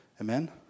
Amen